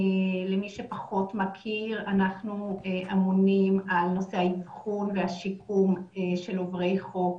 למי שפחות מכיר אנחנו אמונים על נושא האבחון והשיקום של עוברי חוק